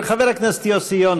הם זכאים,